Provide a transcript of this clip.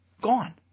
Gone